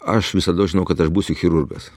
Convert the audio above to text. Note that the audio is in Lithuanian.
aš visados žinojau kad aš būsiu chirurgas